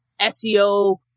SEO